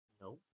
Nope